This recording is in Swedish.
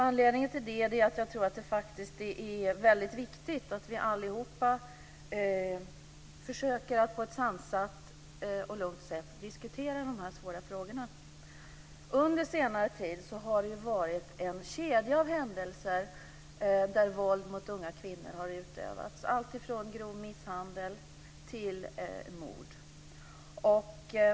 Anledningen till det är att jag faktiskt tror att det är väldigt viktigt att vi alla på ett sansat och lugnt sätt försöker diskutera dessa svåra frågor. Under senare tid har det varit en kedja av händelser där våld mot unga kvinnor har utövats, alltifrån grov misshandel till mord.